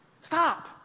Stop